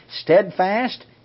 steadfast